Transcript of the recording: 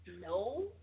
No